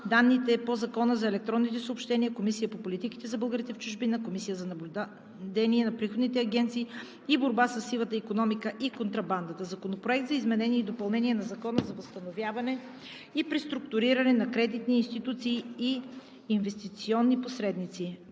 данните по Закона за електронните съобщения, Комисията по политиките за българите в чужбина, Комисията за наблюдение на приходните агенции и борба със сивата икономика и контрабандата. Законопроект за изменение и допълнение на Закона за възстановяване и преструктуриране на кредитни институции и инвестиционни посредници.